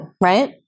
right